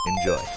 Enjoy